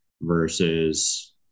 versus